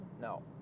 No